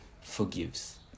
forgives